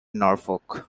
norfolk